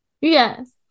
yes